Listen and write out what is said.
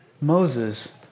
Moses